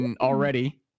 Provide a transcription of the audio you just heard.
already